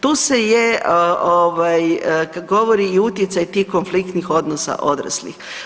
Tu se kada govori i utjecaj tih konfliktnih odnosa odraslih.